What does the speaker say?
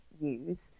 use